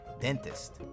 Dentist